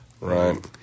Right